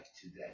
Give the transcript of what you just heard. today